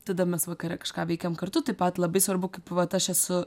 tada mes vakare kažką veikiam kartu taip pat labai svarbu kaip vat aš esu